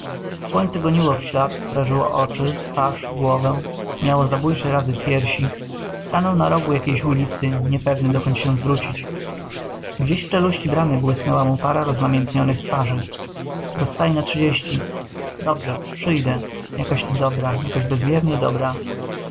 słońce goniło w ślad prażyło oczy twarz głowę miało zabójcze razy w piersi stanął na rogu jakiejś ulicy niepewny dokąd się zwrócić gdzieś z czeluści bramy błysnęła mu para roznamiętnionych twarzy dostaje na trzydzieści dobrze przyjdę jakaś ty dobra jakżeś bezmiernie dobra